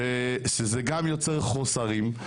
שזה גם יוצר חוסרים,